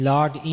Lord